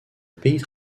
pays